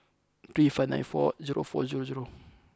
three five nine four zero four zero zero